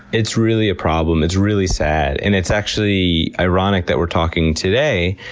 it's really a problem. it's really sad. and it's actually ironic that we're talking today,